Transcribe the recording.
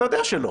אתה יודע שלא,